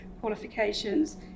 qualifications